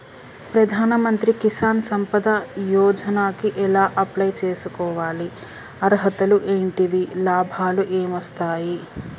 ప్రధాన మంత్రి కిసాన్ సంపద యోజన కి ఎలా అప్లయ్ చేసుకోవాలి? అర్హతలు ఏంటివి? లాభాలు ఏమొస్తాయి?